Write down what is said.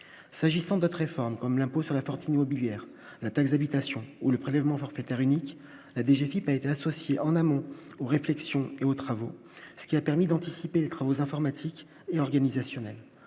s'agissant d'autres réformes comme l'impôt sur la fortune immobilière la taxe habitation ou le prélèvement forfaitaire unique, la DG FIPA et associés en amont aux réflexions et aux travaux, ce qui a permis d'anticiper les travaux informatique et organisationnelle,